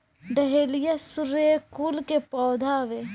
dahlia सूर्यकुल के पौधा हवे